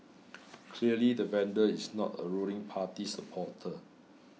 clearly the vandal is not a ruling party supporter